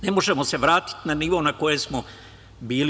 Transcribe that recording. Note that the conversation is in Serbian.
Ne možemo se vratiti na nivo na kojem smo bili.